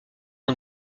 ont